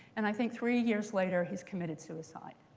and i think three years later, he's committed suicide,